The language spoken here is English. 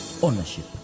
ownership